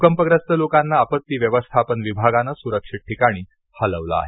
भूकंपग्रस्त लोकांना आपत्ती व्यवस्थापन विभागाने सुरक्षित ठिकाणी हलवले आहे